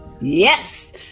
Yes